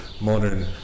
Modern